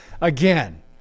again